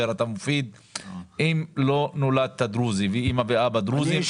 אם לא נולדת דרוזי לאימא ואבא דרוזים,